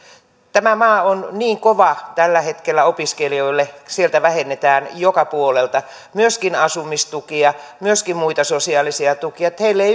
tämä maa on niin kova tällä hetkellä opiskelijoille sieltä vähennetään joka puolelta myöskin asumistukia myöskin muita sosiaalisia tukia että heillä ei